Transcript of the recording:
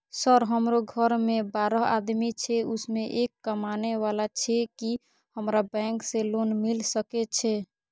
Sir हमरो घर में बारह आदमी छे उसमें एक कमाने वाला छे की हमरा बैंक से लोन मिल सके छे?